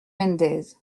mendez